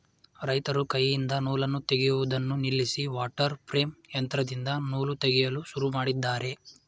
ರೈತರು ಕೈಯಿಂದ ನೂಲನ್ನು ತೆಗೆಯುವುದನ್ನು ನಿಲ್ಲಿಸಿ ವಾಟರ್ ಪ್ರೇಮ್ ಯಂತ್ರದಿಂದ ನೂಲು ತೆಗೆಯಲು ಶುರು ಮಾಡಿದ್ದಾರೆ